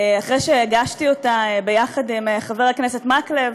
אחרי שהגשתי אותה ביחד עם חבר הכנסת מקלב,